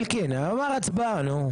אלקין, הוא אמר "הצבעה", נו.